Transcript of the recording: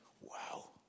wow